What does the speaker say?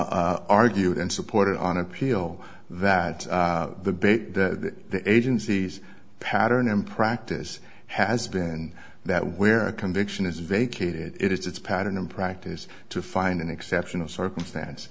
r argued and supported on appeal that the bait that the agency's pattern in practice has been that where a conviction is vacated it is it's pattern in practice to find an exceptional circumstance